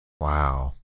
Wow